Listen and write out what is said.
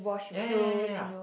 ya ya ya ya ya